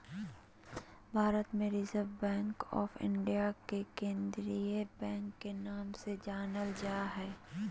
भारत मे Reserve Bank of India के केंद्रीय बैंक के नाम से जानल जा हय